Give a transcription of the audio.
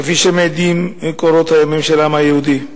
כפי שמעידים קורות הימים של העם היהודי.